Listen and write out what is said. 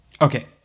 Okay